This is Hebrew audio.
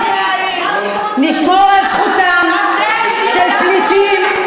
נשמור על זכותם של פליטים,